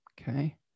Okay